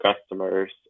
customers